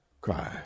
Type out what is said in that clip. cry